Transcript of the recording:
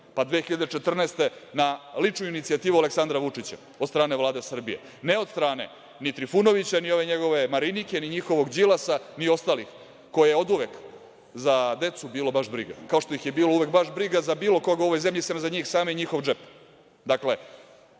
godine na ličnu inicijativu Aleksandra Vučića od strane Vlade Srbije, ne od strane ni Trifunovića, ni ove njegove Marinike, ni ovog Đilasa, ni ostalih koje je oduvek za decu bilo baš briga, kao što ih je uvek bilo baš briga za bilo koga u ovoj zemlji sem za njih same i njihov džep. Dakle,